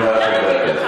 תודה רבה.